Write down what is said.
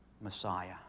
Messiah